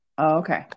Okay